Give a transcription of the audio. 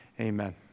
Amen